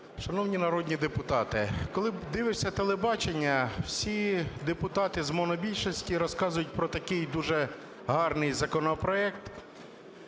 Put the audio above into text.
Шановні народні депутати! Коли дивишся телебачення, всі депутати з монобільшості розказують про такий дуже гарний законопроект